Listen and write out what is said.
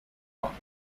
rot